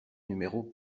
numéro